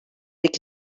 iki